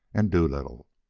and doolittle.